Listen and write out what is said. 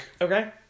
Okay